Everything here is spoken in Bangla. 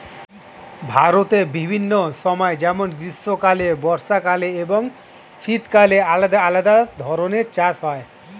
ভারতের বিভিন্ন সময় যেমন গ্রীষ্মকালে, বর্ষাকালে এবং শীতকালে আলাদা আলাদা ধরনের চাষ হয়